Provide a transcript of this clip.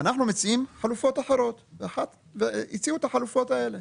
אנחנו מציעים חלופות אחרות והם הציעו את החלופות האלה,